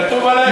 מירי רגב,